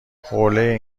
حوله